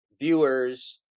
viewers